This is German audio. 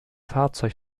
fahrzeug